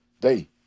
day